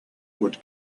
would